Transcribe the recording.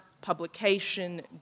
publication